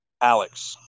Alex